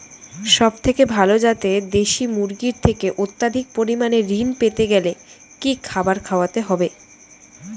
সবথেকে ভালো যাতে দেশি মুরগির থেকে অত্যাধিক পরিমাণে ঋণ পেতে গেলে কি খাবার খাওয়াতে হবে?